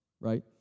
Right